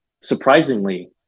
surprisingly